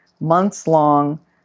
months-long